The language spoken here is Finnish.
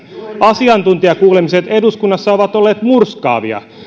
asiantuntijakuulemiset eduskunnassa ovat olleet murskaavia